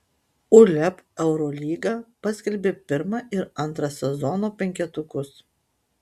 uleb eurolyga paskelbė pirmą ir antrą sezono penketukus